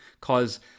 cause